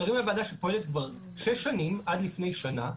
מדברים על ועדה שפועלת כבר שש שנים, עד לפני שנה,